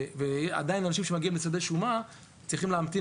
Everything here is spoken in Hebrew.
עדיין אנשים שמגיעים לסדר שומה צריכים להמתין